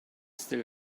still